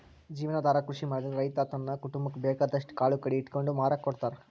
ಜೇವನಾಧಾರ ಕೃಷಿ ಮಾಡಿದ್ರ ರೈತ ತನ್ನ ಕುಟುಂಬಕ್ಕ ಬೇಕಾದಷ್ಟ್ ಕಾಳು ಕಡಿ ಇಟ್ಕೊಂಡು ಮಾರಾಕ ಕೊಡ್ತಾರ